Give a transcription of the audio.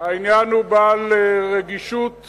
נצרים באריאל, הצעה